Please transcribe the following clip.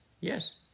Yes